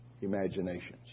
imaginations